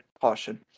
caution